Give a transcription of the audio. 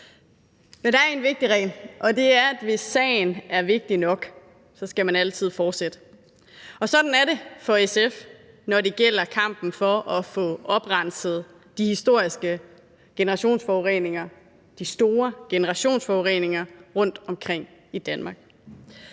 Men der er en vigtig regel, og den er, at hvis sagen er vigtig nok, skal man altid fortsætte. Sådan er det for SF, når det gælder kampen for at få oprenset de historiske generationsforureninger, de store generationsforureninger, rundtomkring i Danmark.